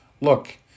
Look